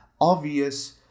obvious